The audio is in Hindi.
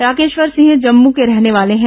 राकेश्वर सिंह जम्मू के रहने वाले हैं